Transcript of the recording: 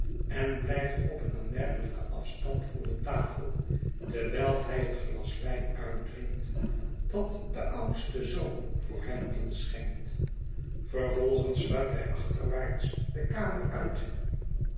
en blijft op een aanmerkelijken afstand van de tafel terwijl hij het glas wijn uitdrinkt dat de oudste zoon voor hem inschenkt vervolgens sluipt hij achterwaarts de kamer uit